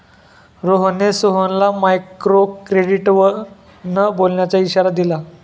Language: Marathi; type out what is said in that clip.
रोहनने सोहनला मायक्रोक्रेडिटवर न बोलण्याचा इशारा दिला